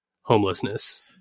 homelessness